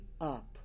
up